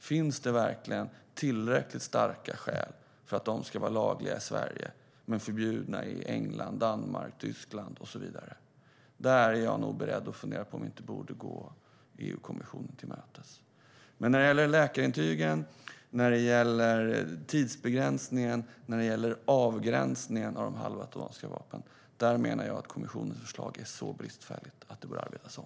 Finns det verkligen tillräckligt starka skäl för att de ska vara lagliga i Sverige men förbjudna i England, Danmark, Tyskland och så vidare? Där är jag nog beredd att fundera på om vi inte borde gå EU-kommissionen till mötes. Men när det gäller läkarintygen samt tidsbegränsningen och avgränsningen av halvautomatiska vapen menar jag att kommissionens förslag är så bristfälligt att det bör arbetas om.